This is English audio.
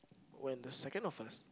when the second of us